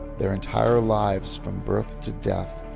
their entire lives, from birth to death,